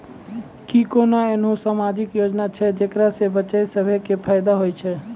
कि कोनो एहनो समाजिक योजना छै जेकरा से बचिया सभ के फायदा होय छै?